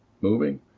moving